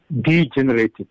degenerated